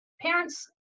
parents